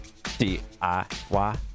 DIY